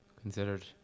considered